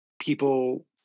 people